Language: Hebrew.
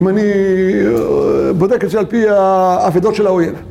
אני בודק את זה על פי האבדות של האויב.